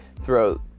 throughout